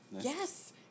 Yes